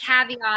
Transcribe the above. caveat